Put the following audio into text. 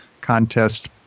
Contest